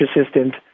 assistant